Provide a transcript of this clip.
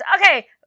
okay